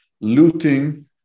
looting